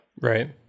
Right